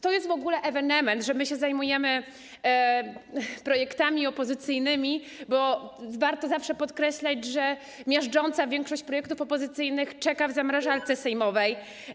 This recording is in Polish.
To jest w ogóle ewenement, że w ogóle zajmujemy się projektami opozycji, bo warto zawsze podkreślać, że miażdżąca większość projektów opozycyjnych czeka w zamrażarce sejmowej.